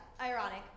ironic